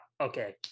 Okay